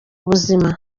ubuzima